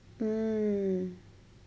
mm